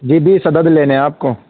جی بیس عدد لینے ہیں آپ کو